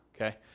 Okay